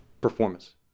performance